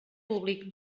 públic